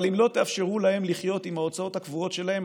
אבל אם לא תאפשרו להם לחיות עם ההוצאות הקבועות שלהם,